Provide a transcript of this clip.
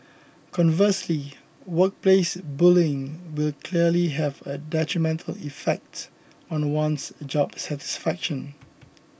conversely workplace bullying will clearly have a detrimental effect on one's job satisfaction